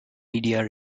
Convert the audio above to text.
media